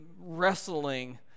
wrestling